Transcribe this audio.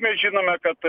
mes žinome kad